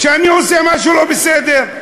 כשאני עושה משהו לא בסדר.